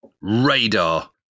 Radar